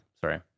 Sorry